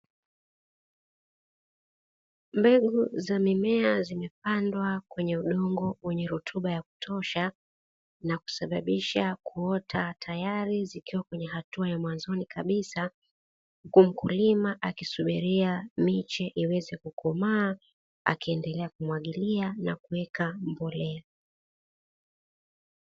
Mbegu za mimea zimepandwa kwenye udongo wenye rotuba ya kutosha na kusababisha kuota tayari zikiwa kwenye hatua ya mwanzoni kabisa, huku mkulima akisubiria miche iweze kukomaa akiendelea kumwagilia na kuweka mbolea.